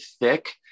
thick